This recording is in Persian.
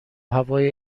هوای